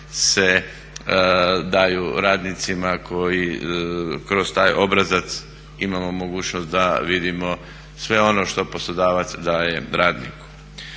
se daju radnicima koji kroz taj obrazac imamo mogućnost da vidimo sve ono što poslodavac daje radniku.